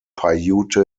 paiute